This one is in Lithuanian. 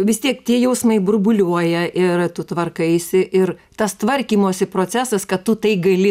vis tiek tie jausmai burbuliuoja ir tu tvarkaisi ir tas tvarkymosi procesas kad tu tai gali